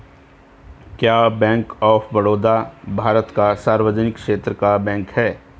क्या bank of Baroda Bharat का सार्वजनिक क्षेत्र का बैंक है?